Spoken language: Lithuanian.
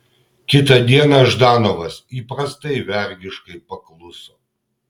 kitą dieną ždanovas įprastai vergiškai pakluso